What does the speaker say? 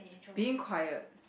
being quiet